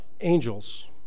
Angels